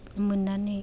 मोन्नानै